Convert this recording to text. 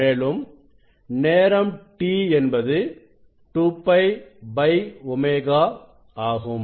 மேலும் நேரம் t என்பது 2 π ω ஆகும்